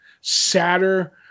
sadder